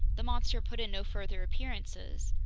the monster put in no further appearances.